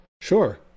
Sure